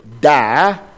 die